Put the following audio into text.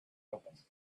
open